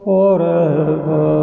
forever